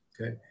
okay